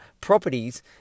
properties